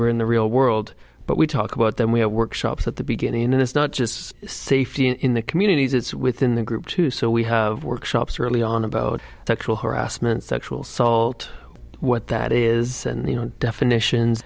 we're in the real world but we talk about them we have workshops at the beginning and it's not just safety in the communities it's within the group too so we have workshops early on about sexual harassment sexual salt what that is and you know definitions